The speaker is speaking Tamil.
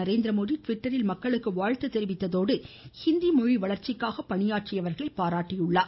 நரேந்திரமோடி ட்விட்டரில் மக்களுக்கு வாழ்த்து தெரிவித்ததோடு ஹிந்தி மொழி வளர்ச்சிக்காக பணியாற்றியவர்களை பாராட்டியுள்ளார்